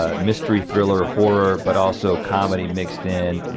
ah mystery, thriller, horror, but also comedy mixed in,